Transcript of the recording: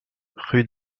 rue